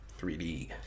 3D